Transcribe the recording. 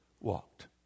walked